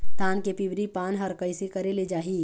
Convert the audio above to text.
धान के पिवरी पान हर कइसे करेले जाही?